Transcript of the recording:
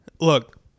Look